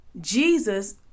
Jesus